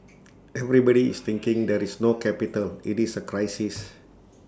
everybody is thinking there is no capital IT is A crisis